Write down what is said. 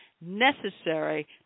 necessary